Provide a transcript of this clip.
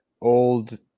old